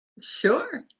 sure